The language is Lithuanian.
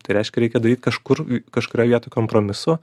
tai reiškia reikia daryt kažkur kažkurioj vietoj kompromisų